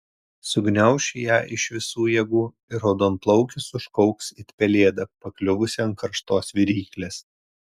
sugniauš ją iš visų jėgų ir raudonplaukis užkauks it pelėda pakliuvusi ant karštos viryklės